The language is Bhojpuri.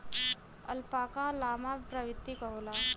अल्पाका लामा प्रवृत्ति क होला